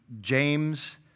James